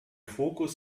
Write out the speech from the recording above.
fokus